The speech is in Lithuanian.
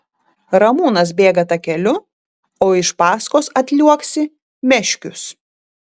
ramūnas bėga takeliu o iš paskos atliuoksi meškius